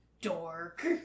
dork